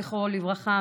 זכרו לברכה,